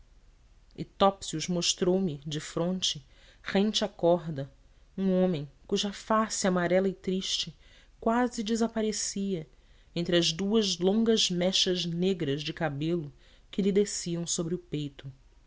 e topsius mostrou-me defronte rente à corda um homem cuja face amarela e triste quase desaparecia entre as duas longas mechas negras de cabelo que lhe desciam sobre o peito